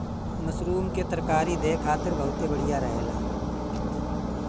mushroom के तरकारी देहि खातिर बहुते बढ़िया रहेला